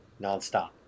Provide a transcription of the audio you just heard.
nonstop